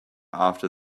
after